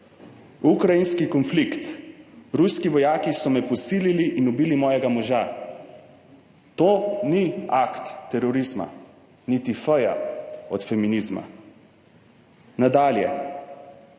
Ukrajinski konflikt. Ruski vojaki so me posilili in ubili mojega moža. To ni akt terorizma. Niti »f-ja« od feminizma. Nadalje,